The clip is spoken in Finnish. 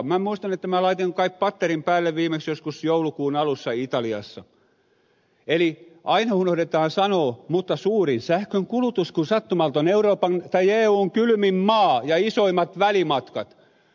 minä muistan että minä laitoin kai patterin päälle viimeksi joskus joulukuun alussa italiassa eli aina unohdetaan sanoa että suurin sähkönkulutus on sattumalta euroopan tai eun kylmimmässä maassa ja isoimmat välimatkat